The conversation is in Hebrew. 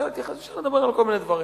אפשר לדבר על כל מיני דברים.